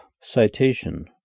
citation